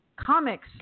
comics